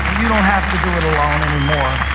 you don't have to do it alone anymore.